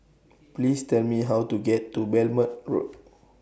Please Tell Me How to get to Belmont Road